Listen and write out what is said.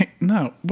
no